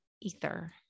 ether